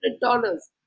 dollars